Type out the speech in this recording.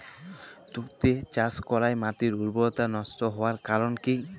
তুতে চাষ করাই মাটির উর্বরতা নষ্ট হওয়ার কারণ কি?